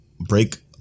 break